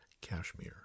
Cashmere